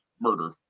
murder